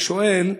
אני שואל,